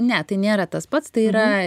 ne tai nėra tas pats tai yra